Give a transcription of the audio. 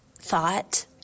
thought